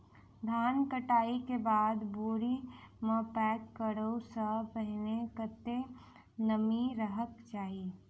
धान कटाई केँ बाद बोरी मे पैक करऽ सँ पहिने कत्ते नमी रहक चाहि?